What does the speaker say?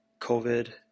covid